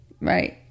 right